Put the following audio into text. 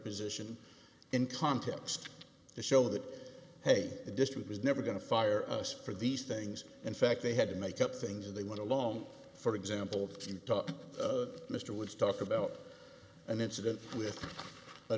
position in context to show that hey the district was never going to fire us for these things in fact they had to make up things and they went along for example mr woods talk about an incident with a